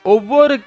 Over